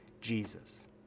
Jesus